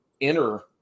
enter